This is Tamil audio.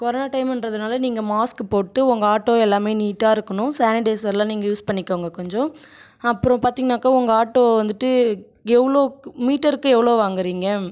கொரோனா டைமுன்றதுனால் நீங்கள் மாஸ்க்கு போட்டு உங்கள் ஆட்டோ எல்லாமே நீட்டா இருக்கணும் சானிடைஸரெலாம் நீங்கள் யூஸ் பண்ணிக்கோங்க கொஞ்சம் அப்புறம் பார்த்தீங்கன்னாக்கா உங்கள் ஆட்டோ வந்துட்டு எவ்வளோக் மீட்டருக்கு எவ்வளோ வாங்கிறீங்க